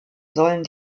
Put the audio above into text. sollen